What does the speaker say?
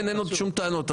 אין עוד שום טענות.